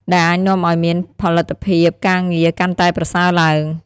ដែលអាចនាំឱ្យមានផលិតភាពការងារកាន់តែប្រសើរឡើង។